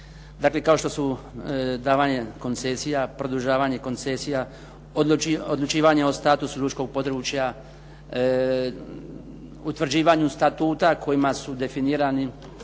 dakle kao što su davanje koncesija, produžavanje koncesija, odlučivanje o statusu lučkog područja, utvrđivanju statuta kojima su definirani